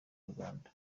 inyarwanda